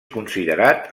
considerat